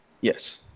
yes